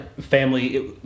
Family